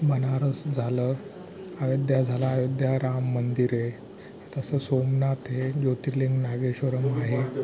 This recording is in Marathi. बनारस झालं अयोध्या झालं अयोध्या राम मंदिर आहे तसंच सोमनाथ हे ज्योतिर्लिंग नागेश्वरम आहे